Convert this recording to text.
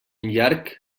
llarg